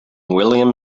william